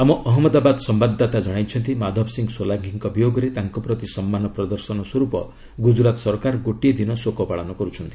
ଆମ ଅହମ୍ମଦାବାଦ ସମ୍ଭାଦଦାତା କଣାଇଛନ୍ତି ମାଧବସିଂ ସୋଲାଙ୍କି ଙ୍କ ବିୟୋଗରେ ତାଙ୍କ ପ୍ରତି ସମ୍ମାନ ପ୍ରଦର୍ଶନ ସ୍ୱରୂପ ଗୁଜରାତ୍ ସରକାର ଗୋଟିଏ ଦିନ ଶୋକ ପାଳନ କରୁଛନ୍ତି